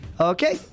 okay